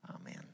Amen